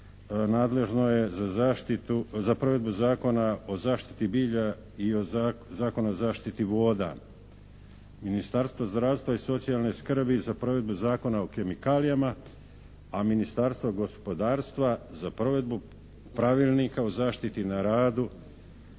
za zaštitu, za provedbu Zakona o zaštiti bilja i Zakon o zaštiti voda. Ministarstvo zdravstva i socijalne skrbi za provedbu Zakona o kemikalijama, a Ministarstvo gospodarstva za provedbu pravilnika o zaštiti na radu